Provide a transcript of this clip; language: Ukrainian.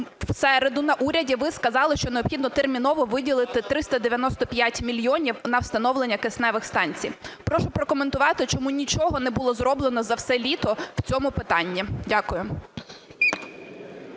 В середу на уряді ви сказали, що необхідно терміново виділити 395 мільйонів на встановлення кисневих станцій. Прошу прокоментувати, чому нічого не було зроблено за все літо в цьому питанні? Дякую.